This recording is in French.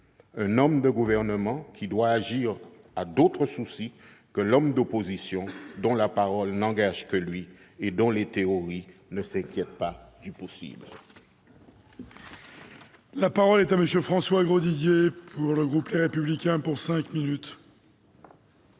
Un homme de gouvernement qui doit agir a d'autres soucis que l'homme d'opposition, dont la parole n'engage que lui et dont les théories ne s'inquiètent pas du possible.